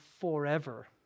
forever